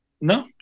No